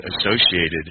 associated